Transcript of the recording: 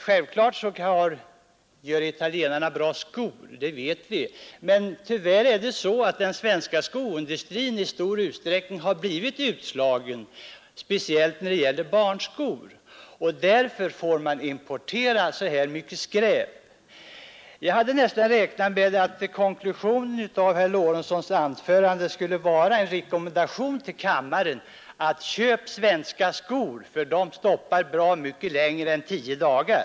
Självklart gör italienarna bra skor, men tyvärr är det så att den svenska skoindustrin i stor utsträckning har blivit utslagen speciellt när det gäller barnskor, och därför får man importera så här mycket skräp. Jag hade nästan räknat med att konklusionen av herr Lorentzons anförande skulle vara en rekommendation till kammaren att köpa svenska skor för de stoppar bra mycket längre än tio dagar!